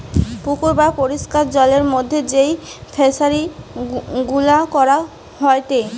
পুকুর বা পরিষ্কার জলের মধ্যে যেই ফিশারি গুলা করা হয়টে